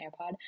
airpod